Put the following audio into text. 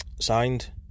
signed